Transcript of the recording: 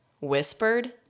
whispered